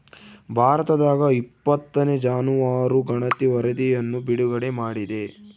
ಭಾರತದಾಗಇಪ್ಪತ್ತನೇ ಜಾನುವಾರು ಗಣತಿ ವರಧಿಯನ್ನು ಬಿಡುಗಡೆ ಮಾಡಿದೆ